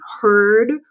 heard